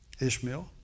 Ishmael